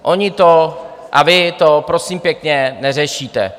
Oni to a vy to, prosím pěkně, neřešíte.